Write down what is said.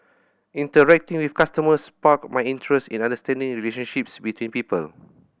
interacting with customers sparked my interest in understanding relationships between people